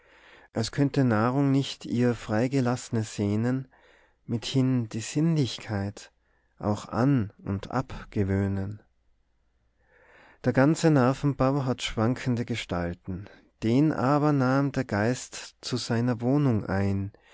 als könnte nahrung nicht ihr frei gelassne sänen mithin die sinnlichkeit auch in und ab gewöhnen der ganze nervenbau hat schwankende gestalten den aber nahm der geist zu seiner wohnung ein